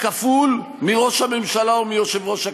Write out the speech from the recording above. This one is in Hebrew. כפול מראש הממשלה או מיושב-ראש הכנסת.